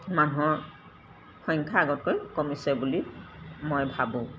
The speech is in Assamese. মানুহৰ সংখ্যা আগতকৈ কমিছে বুলি মই ভাবোঁ